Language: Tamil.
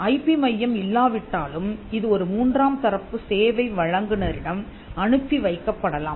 ஐ பி மையம் இல்லாவிட்டாலும் இது ஒரு மூன்றாம் தரப்பு சேவை வழங்குனரிடம் அனுப்பி வைக்கப்படலாம்